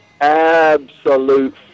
absolute